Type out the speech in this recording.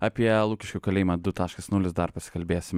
apie lukiškių kalėjimą du taškas nulis dar pasikalbėsim